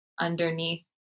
underneath